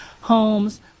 homes